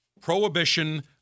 prohibition